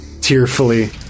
Tearfully